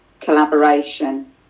collaboration